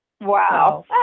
Wow